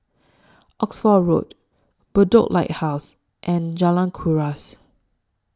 Oxford Road Bedok Lighthouse and Jalan Kuras